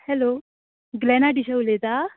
hello Glenna teacher उलयता